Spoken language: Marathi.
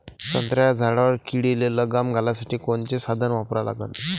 संत्र्याच्या झाडावर किडीले लगाम घालासाठी कोनचे साधनं वापरा लागन?